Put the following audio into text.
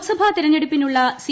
ലോക്സഭാ തെരഞ്ഞെടുപ്പിനുള്ള സി